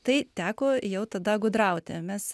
tai teko jau tada gudrauti mes